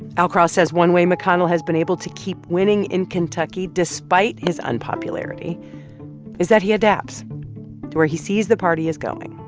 al cross says one way mcconnell has been able to keep winning in kentucky despite his unpopularity is that he adapts to where he sees the party is going.